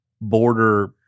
border